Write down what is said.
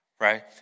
right